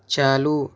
چالو